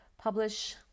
publish